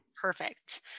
Perfect